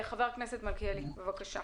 חבר הכנסת מלכיאלי, בבקשה.